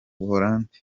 buholandi